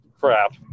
crap